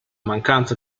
mancanza